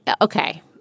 Okay